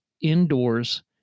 indoors